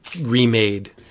remade